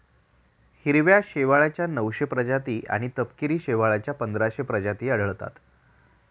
हिरव्या शेवाळाच्या नऊशे प्रजाती आणि तपकिरी शेवाळाच्या पंधराशे प्रजाती आढळतात